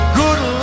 good